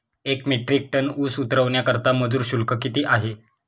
एक metric ton ऊस उतरवण्याकरता मजूर शुल्क किती आहे?